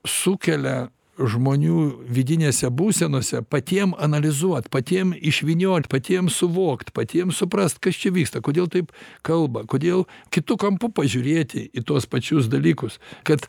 sukelia žmonių vidinėse būsenose patiem analizuot patiem išvyniot patiem suvokt patiem suprast kas čia vyksta kodėl taip kalba kodėl kitu kampu pažiūrėti į tuos pačius dalykus kad